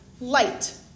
light